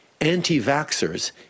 anti-vaxxers